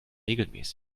regelmäßig